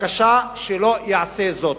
בבקשה שלא יעשה זאת.